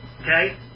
okay